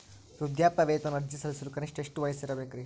ವೃದ್ಧಾಪ್ಯವೇತನ ಅರ್ಜಿ ಸಲ್ಲಿಸಲು ಕನಿಷ್ಟ ಎಷ್ಟು ವಯಸ್ಸಿರಬೇಕ್ರಿ?